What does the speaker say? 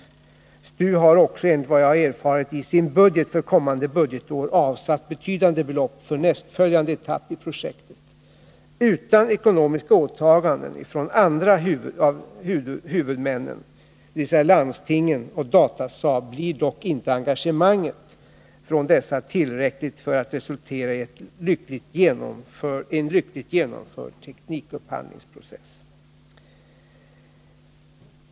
STU har också, enligt vad jag erfarit, i sin budget för kommande budgetår avsatt betydande belopp för nästföljande etappi projektet. Utan ekonomiska åtaganden ifrån de andra huvudmännen — landstingen och Datasaab — blir dock inte engagemanget ifrån dessa tillräckligt för att resultera i en lyckligt genomförd teknikupphandlingspro Cess.